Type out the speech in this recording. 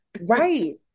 Right